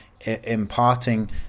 imparting